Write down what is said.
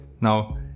Now